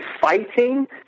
fighting